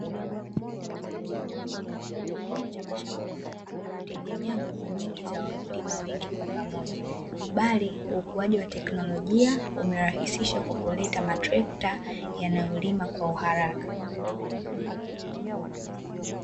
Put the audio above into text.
Kilimo cha mashamba makubwa hutegemea nguvu nyingi za wakulima wengi kwa pamoja. Bali ukuaji wa teknolojia umerahisisha kwa kuleta matrekta yanayolima kwa uharaka.